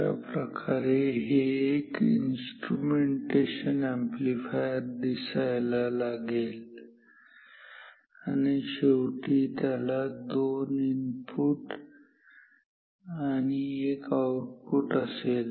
अशा प्रकारे हे एक इन्स्ट्रुमेंटेशन अॅम्प्लीफायर दिसायला लागेल आणि शेवटी त्याला दोन इनपुट आणि एक आऊटपुट असेल